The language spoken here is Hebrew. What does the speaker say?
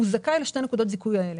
הוא זכאי לשתי נקודות זיכוי אלה.